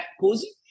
cozy